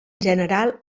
general